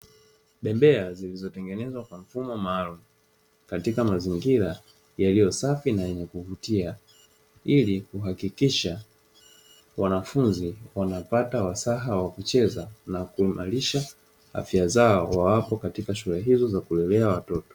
Bembea zilizotengenezwa kwa mfumo maalumu, katika mazingira yaliyo safi na yenye kuvutia ili kuhakikisha wanafunzi wanapata wasaa wa kucheza na kuimarisha afya zao; wawapo katika shule hizo za kulelea watoto.